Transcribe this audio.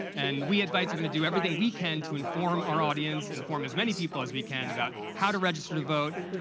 and we at vice are gonna do everything we can to inform our audience and inform as many people as we can about how to register to vote,